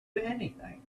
anything